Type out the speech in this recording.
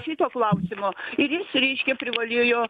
šito klausimo jis reiškia privalėjo